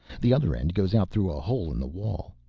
the other end goes out through a hole in the wall.